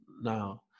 now